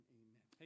amen